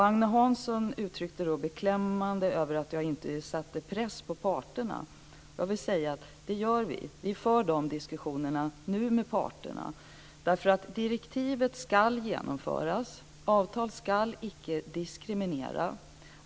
Agne Hansson uttryckte att det är beklämmande att jag inte sätter press på parterna. Jag vill säga att det gör vi. Vi för dessa diskussioner nu med parterna, därför att direktivet ska genomföras. Avtal ska icke diskriminera.